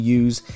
use